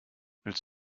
willst